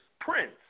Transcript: Prince